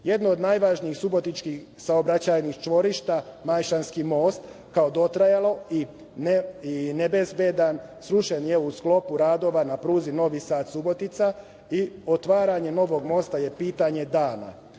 Jedno od najvažnijih subotičkih saobraćajnih čvorišta, Majšanski most, kao dotrajao i nebezbedan, srušen je u sklopu radova na pruzi Novi Sad-Subotica i otvaranje novog mosta je pitanje